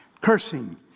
cursing